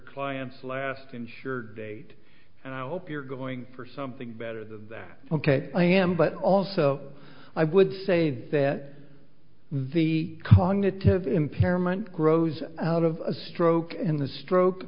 client's last insured date and i hope you're going for something better than that ok i am but also i would say that the cognitive impairment grows out of a stroke and the stroke